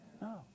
no